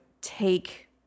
take